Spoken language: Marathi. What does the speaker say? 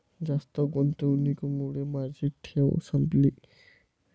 जास्त गुंतवणुकीमुळे माझी ठेव संपली